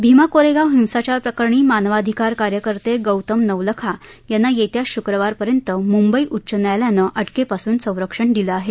भीमा कोरेगाव हिंसाचार प्रकरणी मानवाधिकार कार्यकर्ते गौतम नवलखा यांना येत्या श्क्रवारपर्यंत म्ंबई उच्च न्यायालयानं अटकेपासून संरक्षण दिलं आहे